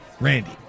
Randy